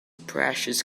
precious